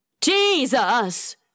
Jesus